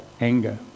anger